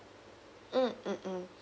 mm mm mm